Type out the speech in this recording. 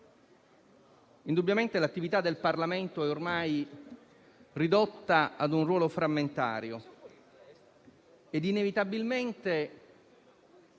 indubbiamente l'attività del Parlamento è ormai ridotta ad un ruolo frammentario e inevitabilmente